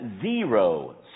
zero